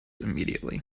immediately